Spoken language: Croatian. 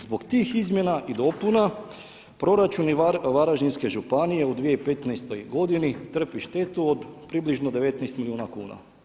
Zbog tih izmjena i dopuna proračun Varaždinske županije u 2015. godini trpi štetu od približno 19 milijuna kuna.